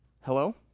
Hello